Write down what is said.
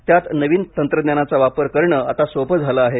त्यात नवीन तंत्रज्ञानाचा वापर करणं आता सोपं झालं आहे